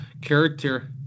character